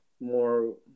More